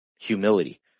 Humility